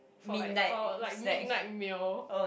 for like uh like midnight meal